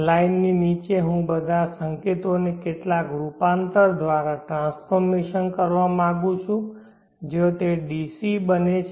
લાઇનની નીચે હું બધા સંકેતોને કેટલાક રૂપાંતર દ્વારા ટ્રાન્સફોર્મશન કરવા માંગુ છું જ્યાં તે DC બને છે